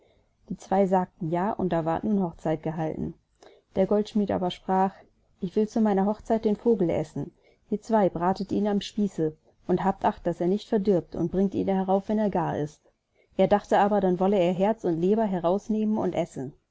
die zwei sagten ja und da ward nun hochzeit gehalten der goldschmidt aber sprach ich will zu meiner hochzeit den vogel essen ihr zwei bratet ihn am spieße und habt acht daß er nicht verdirbt und bringt ihn herauf wenn er gaar ist er dachte aber dann wolle er herz und leber herausnehmen und essen